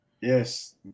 Yes